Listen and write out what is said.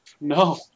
No